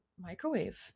microwave